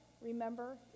remember